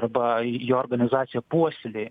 arba jo organizacija puoselėja